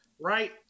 Right